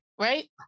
Right